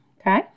Okay